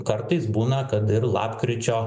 kartais būna kad ir lapkričio